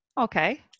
Okay